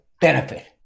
benefit